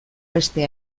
beste